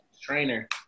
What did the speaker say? trainer